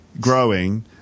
growing